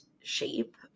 shape